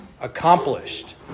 accomplished